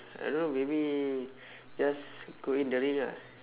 I don't know maybe just go in the ring ah